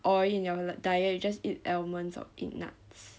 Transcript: or in your diet you just eat almonds or walnuts